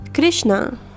Krishna